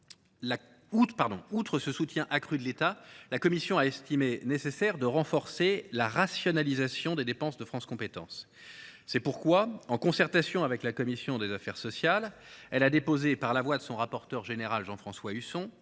Outre ce soutien accru de l’État, la commission a estimé nécessaire de renforcer la rationalisation des dépenses de France Compétences. C’est pourquoi, en concertation avec la commission des affaires sociales, elle a déposé, par la voix de son rapporteur général Jean François Husson,